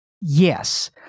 Yes